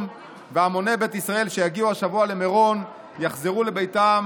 ושהמוני בית ישראל שיגיעו השבוע למירון יחזרו לביתם